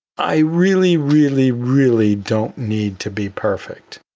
i really, really, really don't need to be perfect.